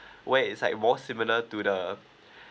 where it's like more similar to the